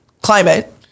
climate